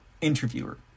Interviewer